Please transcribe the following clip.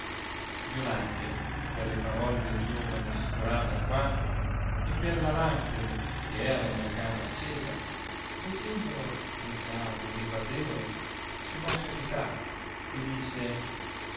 violante per le parole del giovane assicurata alquanto e per la lampede che era nella camera accesa veggendolo leggiadro e riguardevole si mosse a pietà e disse